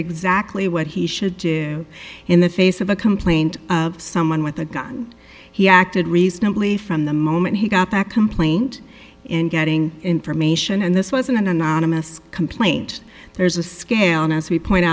exactly what he should do in the face of a complaint of someone with a gun he acted reasonably from the moment he got that complaint in getting information and this wasn't an anonymous complaint there's a scale and as we point